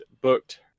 booked